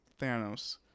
Thanos